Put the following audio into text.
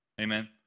Amen